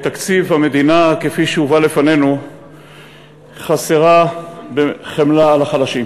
בתקציב המדינה כפי שהובא לפנינו חסרה חמלה כלפי החלשים.